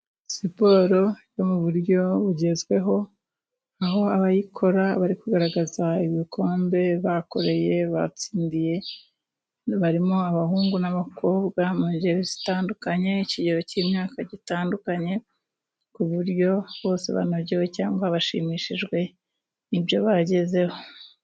Siporo yo mu buryo bugezweho， aho abayikora bari kugaragaza ibikombe bakoreye， batsindiye， barimo abahungu n'abakobwa mu ngeri zitandukanye，ikigero cy'imyaka gitandukanye， ku buryo bose banogewe cyangwa bashimishijwe n'ibyo bagezeho